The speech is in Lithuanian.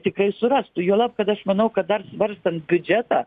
tikrai surastų juolab kad aš manau kad dar svarstant biudžetą